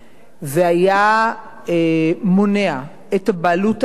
והיה מונע את הבעלות האנכית,